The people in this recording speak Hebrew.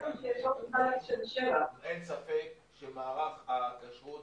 אין ספק שמערך הכשרות,